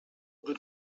good